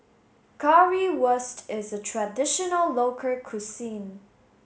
Currywurst is a traditional local cuisine